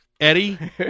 Eddie